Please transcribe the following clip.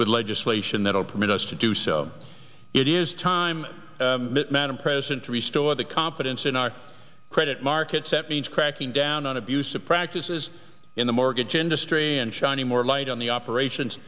with legislation that will permit us to do so it is time madam president to restore the confidence in our credit markets that means cracking down on abusive practices in the mortgage industry and shining more light on the operations